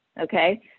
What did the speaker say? Okay